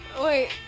Wait